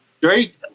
Drake